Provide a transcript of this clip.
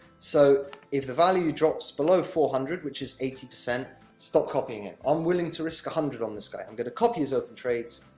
so, if the value drops below four hundred, which is eighty percent stop copying him. i'm willing to risk one hundred on this guy. i'm going to copy his open trades